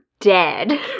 Dead